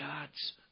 God's